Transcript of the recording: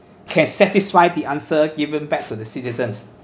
can satisfy the answer given back to the citizens